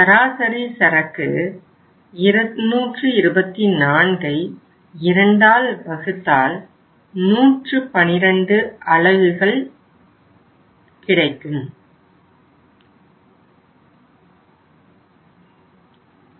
சராசரி சரக்கு 2242 112 அலகுகள் ஆகும்